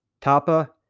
Tapa